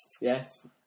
Yes